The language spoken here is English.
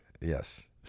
Yes